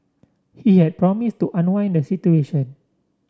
he had promise to unwind the situation